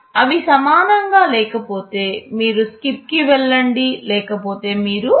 అవి సమానంగా లేకపోతే మీరు SKIP కి వెళ్లండి లేకపోతే మీరు add చెయ్యండి